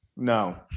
No